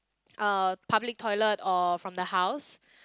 uh public toilet or from the house